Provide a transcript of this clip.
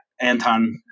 anton